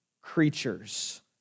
creatures